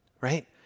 right